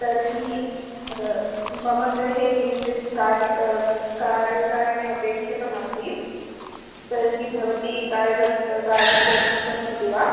तर्हि मम गृहे किञ्चित् कार्यं कार्यकारिणी अपेक्षिता आसीत् तर्हि भवती कार्यकर्ता कार्यं कर्तुं शक्नोति वा